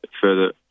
further